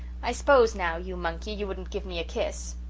i s'pose now, you monkey, you wouldn't give me a kiss.